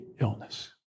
illness